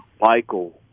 Michael